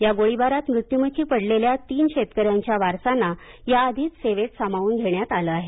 या गोळीबारात मृत्युमुखी पडलेल्या तीन शेतकऱ्यांच्या वारसांना या आधीच सेवेत सामावून घेण्यात आले आहे